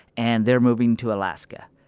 and they're moving to alaska.